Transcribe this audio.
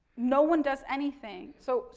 no one does anything. so,